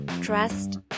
trust